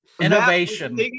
innovation